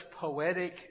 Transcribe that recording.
poetic